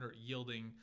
yielding